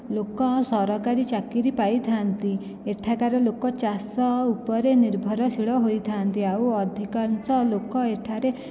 ଲୋକ ସରକାରୀ ଚାକିରି ପାଇଥାନ୍ତି ଏଠାକାର ଲୋକ ଚାଷ ଉପରେ ନିର୍ଭରଶୀଳ ହୋଇଥାନ୍ତି ଆଉ ଅଧିକାଂଶ ଲୋକ ଏଠାରେ